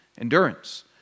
endurance